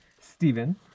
Stephen